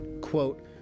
quote